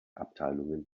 abteilungen